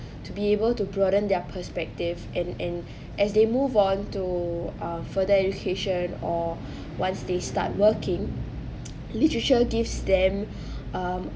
to be able to broaden their perspective and and as they move on to uh further education or once they start working literature gives them um